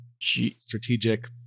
strategic